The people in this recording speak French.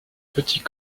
petits